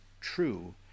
true